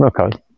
Okay